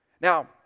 Now